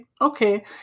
okay